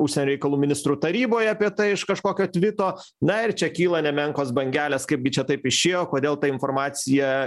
užsienio reikalų ministrų taryboj apie tai iš kažkokio tvito na ir čia kyla nemenkos bangelės kaipgi čia taip išėjo kodėl ta informacija